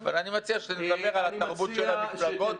אבל אני מציע שנדבר על התרבות של המפלגות.